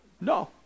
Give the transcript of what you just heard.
No